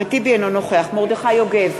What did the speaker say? אינו נוכח מרדכי יוגב,